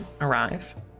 arrive